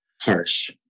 harsh